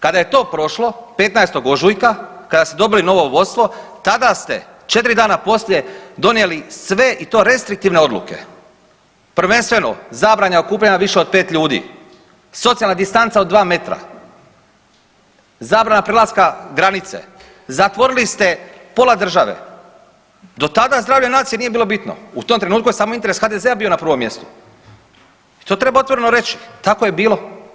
Kada je to prošlo, 15. ožujka, kada ste dobili novo vodstvo tada ste 4 dana poslije donijeli sve i to restriktivne odluke, prvenstveno zabrana okupljanja više od 5 ljudi, socijalna distanca od 2 metra, zabrana prelaska granice, zatvorili ste pola države, do tada zdravlje nacije nije bitno, u tom trenutku je samo interes HDZ-a bio na prvom mjestu i to treba otvoreno reći, tako je bilo.